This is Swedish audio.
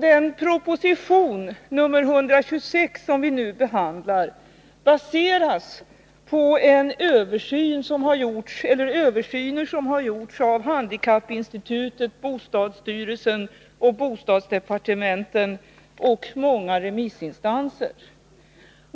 Den proposition, nr 126, som vi nu behandlar baseras på översyner som har gjorts av handikappinstitutet, bostadsstyrelsen, bostadsdepartementet och många remissinstanser.